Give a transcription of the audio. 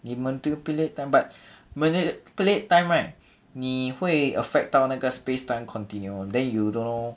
你 manipulate time but manipulate time meh 你会 affect 到那个 spacetime continuum then you don't know